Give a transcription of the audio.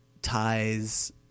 ties